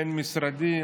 הבין-משרדית,